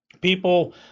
people